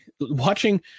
watching